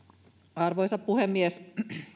arvoisa puhemies